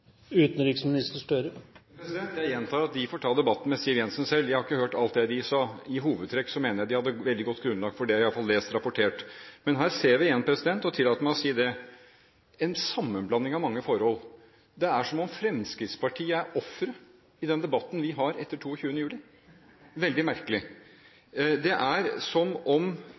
Jeg gjentar at de selv får ta debatten med Siv Jensen. Jeg har ikke hørt alt det de sa. I hovedtrekk mener jeg de hadde veldig godt grunnlag for det jeg har lest og fått rapportert. Men her ser vi igjen, og jeg tillater meg å si det, en sammenblanding av mange forhold. Det er som om Fremskrittspartiet er offeret i den debatten vi har etter 22. juli – veldig merkelig. Det er som om